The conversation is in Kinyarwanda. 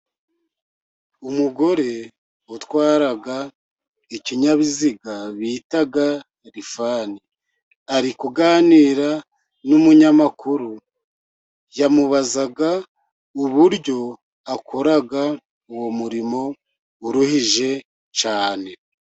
Umugore utwara ikinyabiziga bita rifani, ari kuganira n'umunyamakuru yamubazaga uburyo akora uwo murimo uruhije cyane.